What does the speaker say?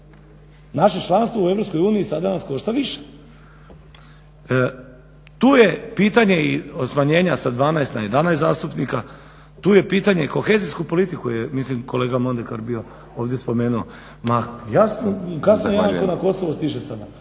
Naše članstvo u EU sada nas košta više. Tu je pitanje i od smanjenja sa 12 na 11 zastupnika, tu je pitanje kohezijske politike, mislim kolega Mondekar bio ovdje spomenuo. Ma jasno i kasno …/Govornik se ne